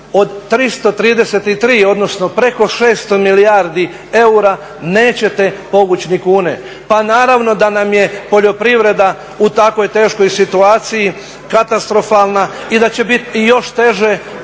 od 333 odnosno preko 600 milijardi eura nećete povući ni kune. Pa naravno da nam je poljoprivreda u takvoj teškoj situaciji, katastrofalna, i da će biti i još teže